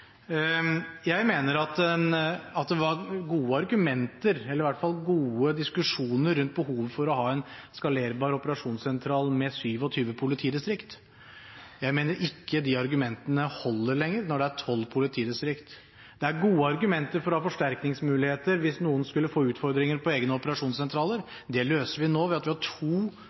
Jeg mener at det var gode diskusjoner rundt behovet for å ha en skalerbar operasjonssentral med 27 politidistrikt. Jeg mener de argumentene ikke holder lenger når det er 12 politidistrikt. Det er gode argumenter for å ha forsterkningsmuligheter hvis noen skulle få utfordringer på egne operasjonssentraler. Det løser vi nå ved at vi har to